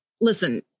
listen